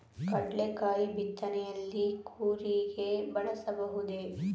ಕಡ್ಲೆಕಾಯಿ ಬಿತ್ತನೆಯಲ್ಲಿ ಕೂರಿಗೆ ಬಳಸಬಹುದೇ?